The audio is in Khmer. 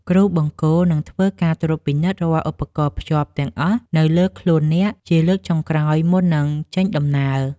គ្រូបង្គោលនឹងធ្វើការត្រួតពិនិត្យរាល់ឧបករណ៍ភ្ជាប់ទាំងអស់នៅលើខ្លួនអ្នកជាលើកចុងក្រោយមុននឹងចេញដំណើរ។